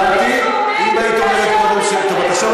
זה בסדר שאני אקרא קריאת ביניים על הדברים שהוא אומר,